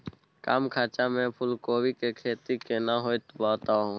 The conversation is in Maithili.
कम खर्चा में फूलकोबी के खेती केना होते बताबू?